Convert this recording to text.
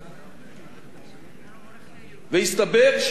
והסתבר שהדרך היחידה שבאה בחשבון